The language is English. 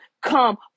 come